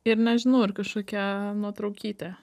ir nežinau ir kažkokia nuotraukytė